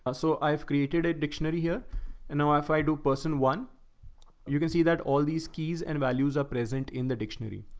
so i've created a dictionary here and now if i do person one you can see that all these keys and values are present in the dictionary.